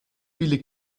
viele